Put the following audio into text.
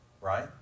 right